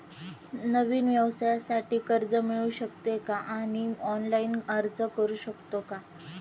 नवीन व्यवसायासाठी कर्ज मिळू शकते का आणि ऑनलाइन अर्ज करू शकतो का?